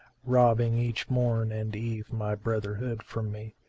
robbing each morn and eve my brotherhood fro' me?